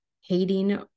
hating